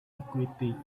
equity